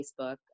Facebook